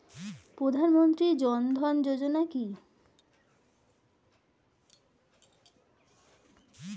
প্রধানমন্ত্রী জনধন যোজনা কি?